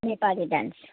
Nepali dance